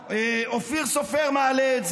לא ראוי שהיא מפריעה וצורחת.